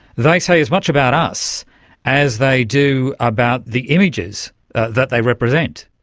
they say as much about us as they do about the images that they represent.